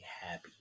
happy